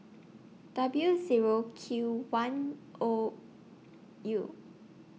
W Zero Q one O U